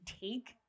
take